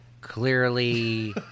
Clearly